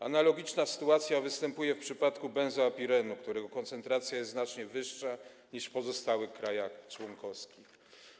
Analogiczna sytuacja występuje w przypadku benzo (a) pirenu, którego koncentracja jest znacznie wyższa niż w pozostałych krajach członkowskich.